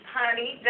honey